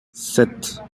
sept